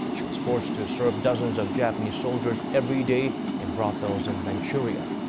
she was forced to serve dozens of japanese soldiers everyday in brothels in manchuria.